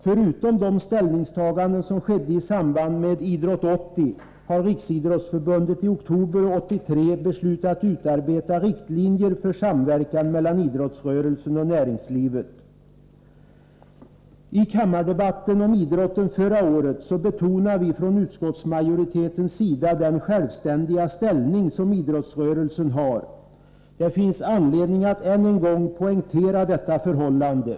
Förutom de ställningstaganden som gjordes i samband med Idrott 80 har Riksidrottsförbundet i oktober 1983 beslutat utarbeta riktlinjer för samverkan mellan idrottsrörelsen och näringslivet. I kammardebatten om idrotten förra året betonade vi från utskottsmajoritetens sida den självständiga ställning som idrottsrörelsen har. Det finns anledning att än en gång poängtera detta förhållande.